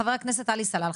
חבר הכנסת עלי סלאלחה,